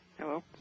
Hello